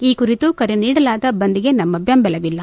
ಈ ಕುರಿತು ಕರೆ ನೀಡಲಾದ ಬಂದ್ಗೆ ನಮ್ಮ ಬೆಂಬಲವಿಲ್ಲ